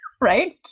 Right